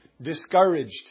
discouraged